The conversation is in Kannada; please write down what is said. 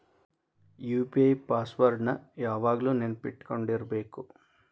ಯು.ಪಿ.ಐ ಪಾಸ್ ವರ್ಡ್ ನ ಯಾವಾಗ್ಲು ನೆನ್ಪಿಟ್ಕೊಂಡಿರ್ಬೇಕು